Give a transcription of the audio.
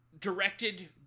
directed